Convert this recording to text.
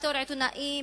בתור עיתונאים,